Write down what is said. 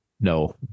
No